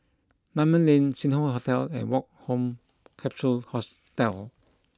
Dunman Lane Sing Hoe Hotel and Woke Home Capsule Hostel